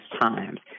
times